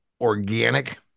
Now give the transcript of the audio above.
Organic